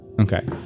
Okay